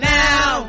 now